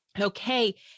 okay